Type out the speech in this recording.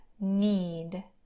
need